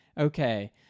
Okay